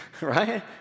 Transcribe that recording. right